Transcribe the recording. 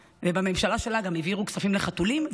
ובממשלה שלה גם העבירו כספים לחתולים,